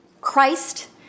Christ